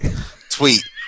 tweet